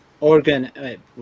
organ